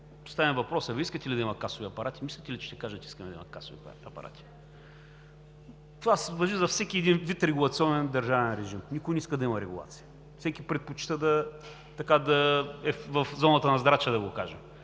поставим въпроса: „Искате ли да има касови апарати?“, мислите ли, че ще кажат: „Искаме да има касови апарати“? Това важи за всеки един вид регулационен държавен режим. Никой не иска да има регулация. Всеки предпочита да е в зоната на здрача, да го кажем.